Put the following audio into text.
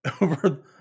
over